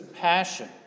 passion